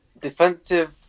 Defensive